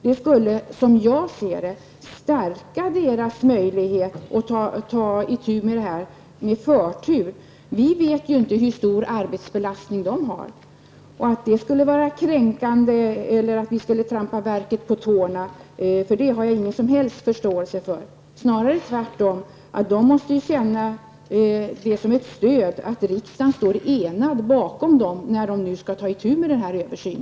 Det skulle, som jag ser det, stärka riksförsäkringsverkets möjligheter att ta itu med detta med förtur. Vi vet inte hur stor arbetsbelastning verket har. Att detta skulle vara kränkande eller att vi skulle trampa verket på tårna har jag ingen förståelse för. Snarare måste det tvärtom kännas som ett stöd att riksdagen står enig bakom verket när det nu skall ta itu med en översyn.